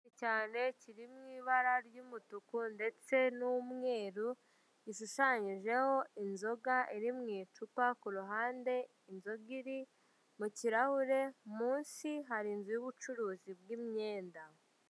Cyane kiri mu ibara ry'umutuku, ndetse n'umweru, gishushanyijeho inzoga iri mu icupa, kuruhande inzoga iri mukirahure, munsi hari inzu y'ubucuruzi bw'imyenda.